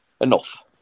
enough